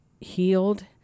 healed